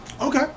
Okay